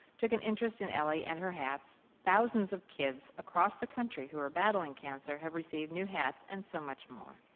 took an interest in ellie and her hats, thousands of kids across the country who are battling cancer have received new hats and so much more.